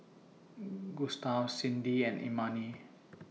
Gustaf Sydnee and Imani